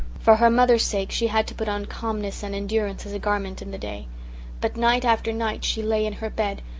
for her mother's sake she had to put on calmness and endurance as a garment in the day but night after night she lay in her bed,